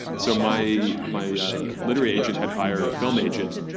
so my my literary agent had hired a film agent,